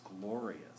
glorious